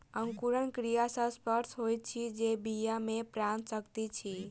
अंकुरण क्रिया सॅ स्पष्ट होइत अछि जे बीया मे प्राण शक्ति अछि